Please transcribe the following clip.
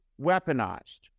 weaponized